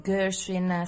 Gershwin